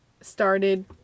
started